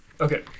Okay